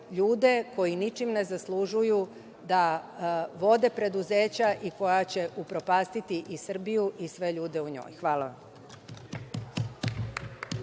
ljude koji ničim ne zaslužuju da vode preduzeća i koja će upropastiti i Srbiju i sve ljude u njoj. Hvala vam.